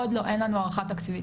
עדיין לא, אין לנו הערכת תקציבית.